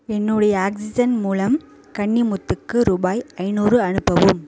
என்னுடைய ஆக்ஸிஸன் மூலம் கன்னிமுத்துக்கு ரூபாய் ஐநூறு அனுப்பவும்